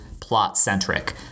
plot-centric